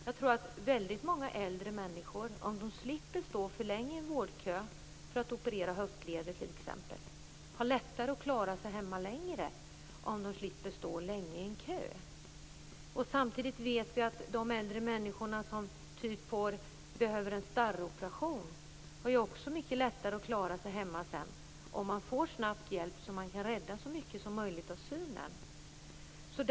Jag tror att väldigt många äldre människor, om de slipper stå för länge i en vårdkö för att t.ex. operera höftleder, har lättare att klara sig hemma. De kan klara sig längre om de slipper stå länge i en kö. Samtidigt vet vi att också de äldre människor som behöver en starroperation har lättare att klara sig hemma om de snabbt får hjälp så att man kan rädda så mycket som möjligt av deras syn.